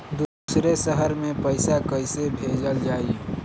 दूसरे शहर में पइसा कईसे भेजल जयी?